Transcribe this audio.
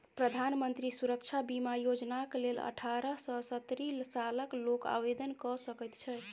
प्रधानमंत्री सुरक्षा बीमा योजनाक लेल अठारह सँ सत्तरि सालक लोक आवेदन कए सकैत छै